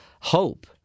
hope